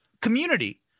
community